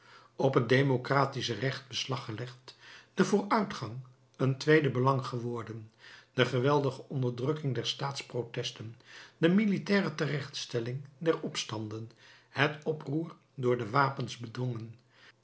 op het democratische recht beslag gelegd de vooruitgang een tweede belang geworden de geweldige onderdrukking der straatprotesten de militaire terechtstelling der opstanden het oproer door de wapens bedwongen